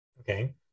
okay